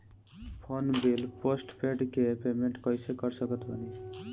Phone bill postpaid के payment कैसे कर सकत बानी?